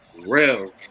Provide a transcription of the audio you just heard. Real